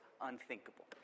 unthinkable